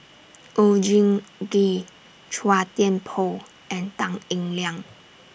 Oon Jin Gee Chua Thian Poh and Tan Eng Liang